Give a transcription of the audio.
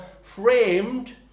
framed